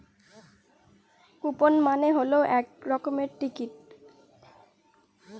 coupon মানে হল এক রকমের টিকিট